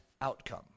outcome